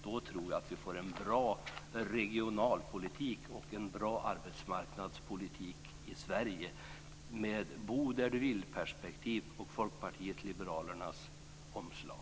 Då tror jag att vi får en bra regionalpolitik och en bra arbetsmarknadspolitik i Sverige, med bo-där-du-vill-perspektiv och Folkpartiet liberalernas omslag.